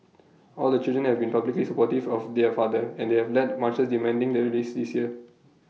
all the children have been publicly supportive of their father and they have led marches demanding their release this year